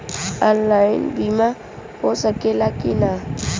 Online बीमा हो सकेला की ना?